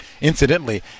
Incidentally